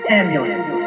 ambulance